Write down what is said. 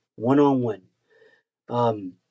One-on-one